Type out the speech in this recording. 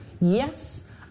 yes